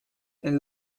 and